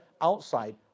outside